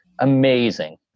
amazing